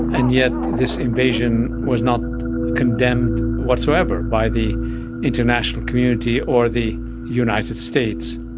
and yet this invasion was not condemned whatsoever by the international community or the united states.